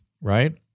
right